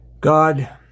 God